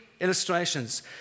illustrations